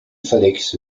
felix